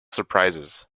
surprises